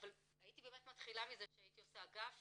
הייתי מתחילה מזה שהייתי עושה אגף